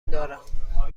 دارم